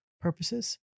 purposes